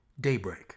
Daybreak